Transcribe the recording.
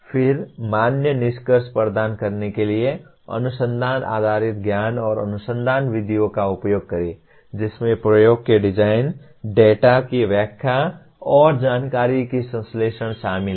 फिर मान्य निष्कर्ष प्रदान करने के लिए अनुसंधान आधारित ज्ञान और अनुसंधान विधियों का उपयोग करें जिसमें प्रयोगों के डिजाइन डेटा की व्याख्या और जानकारी के संश्लेषण शामिल हैं